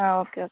ആ okay okay